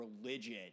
religion